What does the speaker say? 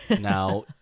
now